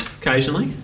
Occasionally